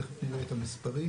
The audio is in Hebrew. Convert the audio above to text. תיכף נראה את המספרים.